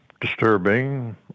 disturbing